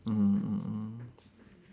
mm mm mm